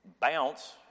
bounce